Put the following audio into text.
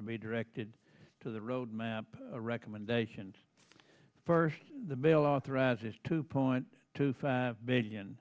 to be directed to the road map recommendation first the bill authorizes two point two five billion